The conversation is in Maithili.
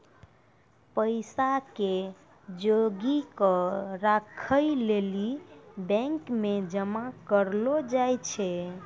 पैसा के जोगी क राखै लेली बैंक मे जमा करलो जाय छै